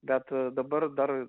bet dabar dar